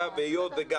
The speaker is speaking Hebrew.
והיות שגם